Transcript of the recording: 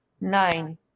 Nine